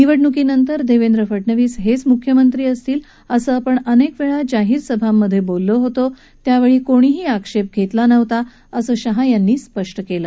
निवडणुकीनंतर देवेंद्र फडणवीस हेच मुख्यमंत्री असतील असं आपण अनेक वेळा जाहीर सभांमधे बोललो होतो त्यावेळी कोणीही आक्षेप घेतला नव्हता असं शहा यांनी स्पष्ट केलं